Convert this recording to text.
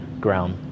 ground